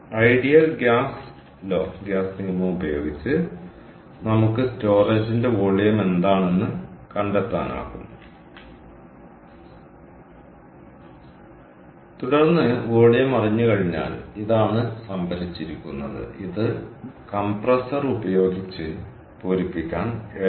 ideal gas നിയമം ഉപയോഗിച്ച് നമുക്ക് സ്റ്റോറേജിന്റെ വോളിയം എന്താണെന്ന് കണ്ടെത്താനാകും തുടർന്ന് വോളിയം അറിഞ്ഞുകഴിഞ്ഞാൽ ഇതാണ് സംഭരിച്ചിരിക്കുന്നത് ഇത് കംപ്രസർ ഉപയോഗിച്ച് പൂരിപ്പിക്കാൻ 7